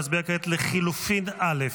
נצביע כעת, לחלופין א'.